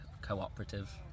cooperative